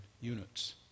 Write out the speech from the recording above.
units